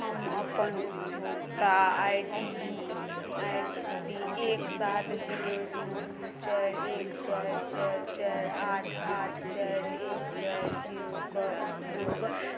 हम अपन उपभोक्ता आइ डी आइ डी एक सात जीरो दुइ दुइ चारि एक चारि चारि चारि आठ आठ चारि एक चारि जीरोके उपयोग